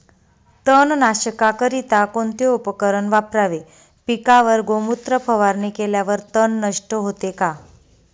तणनाशकाकरिता कोणते उपकरण वापरावे? पिकावर गोमूत्र फवारणी केल्यावर तण नष्ट होते का?